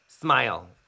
smile